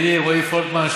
ידידי רועי פולקמן,